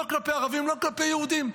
לא כלפי ערבים ולא כלפי יהודים.